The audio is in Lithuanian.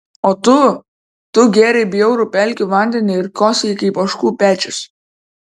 o tu tu gėrei bjaurų pelkių vandenį ir kosėjai kaip ožkų pečius